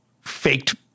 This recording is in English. faked-